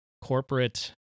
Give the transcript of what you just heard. corporate